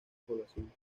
población